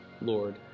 Lord